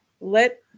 let